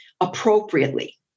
appropriately